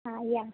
हां या